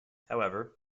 however